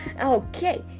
Okay